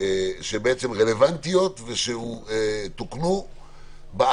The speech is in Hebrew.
נקודות רלוונטיות שתוקנו שלא שונו